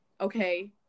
Okay